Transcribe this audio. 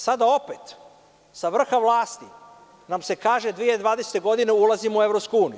Sada opet sa vrha vlasti nam se kaže – 2020. godine ulazimo u EU.